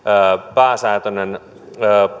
pääsääntöinen